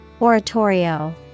Oratorio